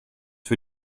für